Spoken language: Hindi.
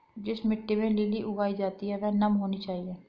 जिस मिट्टी में लिली उगाई जाती है वह नम होनी चाहिए